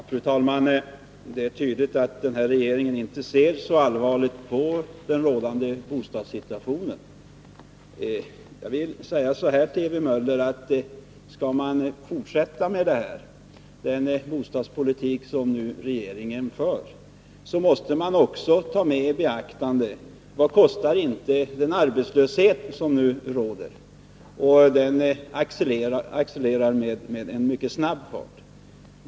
Fru talman! Det är tydligt att denna regering inte ser så allvarligt på den rådande bostadssituationen. Jag vill säga till Ewy Möller, att om regeringen skall fortsätta med den bostadspolitik som den nu för måste man också ta med i beaktande vad den arbetslöshet som råder kostar och som accelererar med mycket snabb fart.